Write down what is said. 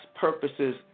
purposes